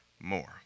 more